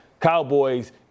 Cowboys